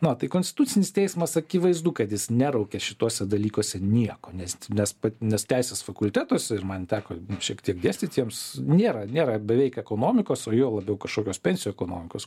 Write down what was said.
nu va tai konstitucinis teismas akivaizdu kad jis neraukia šituose dalykuose nieko nes nes pat nes teisės fakultetus ir man teko šiek tiek dėstyt jiems nėra nėra beveik ekonomikos o juo labiau kažkokios pensijų ekonomikos